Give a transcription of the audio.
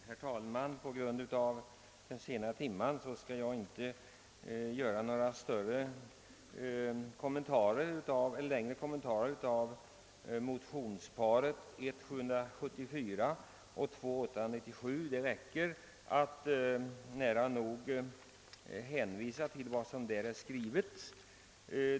Herr talman! På grund av den sena timmen skall jag inte göra några längre kommentarer beträffande motionsparet 1: 774 och II: 897. Det kan också nära nog räcka med att hänvisa till vad som här anförts.